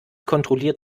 kontrolliert